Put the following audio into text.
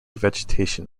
vegetation